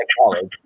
College